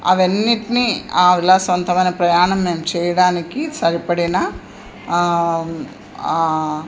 అవన్నింటిని ఆ విలాసవంతమైన ప్రయాణం నేను చేయడానికి సరిపడిన